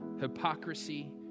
hypocrisy